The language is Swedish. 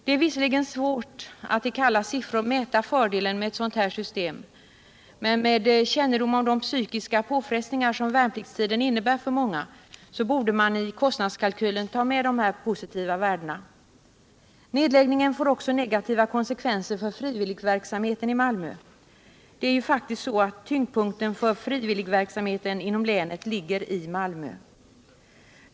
Det är visserligen svårt att i kalla siffror mäta fördelen med ett sådant här system, men med kännedom om de psykiska påfrestningar som värnpliktstiden innebär för många, borde man i kostnadskalkylen ta med dessa positiva värden. Nedläggningen får också negativa konsekvenser för frivilligverksamheten i Malmö. Det är faktiskt så att tyngdpunkten för frivilligverksamheten inom länet ligger i Malmö.